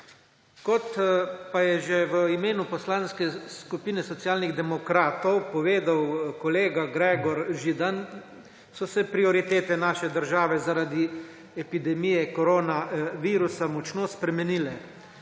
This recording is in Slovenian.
Kot pa je že v imenu Poslanske skupine Socialnih demokratov povedal kolega Gregor Židan, so se prioritete naše države zaradi epidemije koronavirusa močno spremenile.